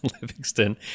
Livingston